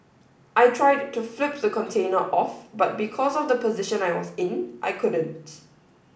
I tried to flip the container off but because of the position I was in I couldn't